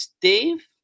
Dave